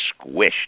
squished